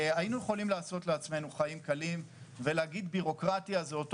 היינו יכולים לעשות לעצמנו חיים קלים ולהגיד בירוקרטיה זה אותו